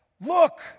Look